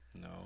No